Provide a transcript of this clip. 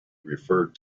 referred